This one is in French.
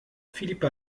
philippe